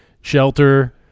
shelter